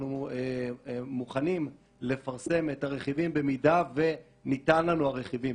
אנחנו מוכנים לפרסם את הרכיבים במידה וניתנים לנו הרכיבים,